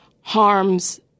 harms